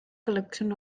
collection